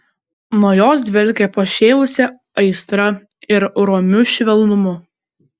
nuo jos dvelkė pašėlusia aistra ir romiu švelnumu